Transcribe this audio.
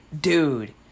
dude